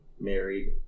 married